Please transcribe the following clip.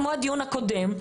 כמו הדיון הקודם,